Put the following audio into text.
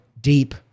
deep